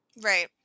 right